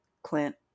Clint